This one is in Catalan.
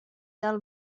del